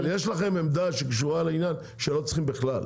אבל יש לכם עמדה שקשורה לעניין שלא צריכים בכלל.